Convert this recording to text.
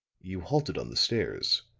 you halted on the stairs,